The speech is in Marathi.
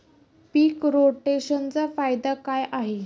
पीक रोटेशनचा फायदा काय आहे?